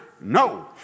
No